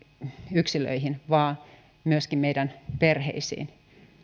yksilöihin vaan myöskin meidän perheisiin